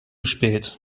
spät